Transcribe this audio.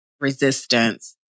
resistance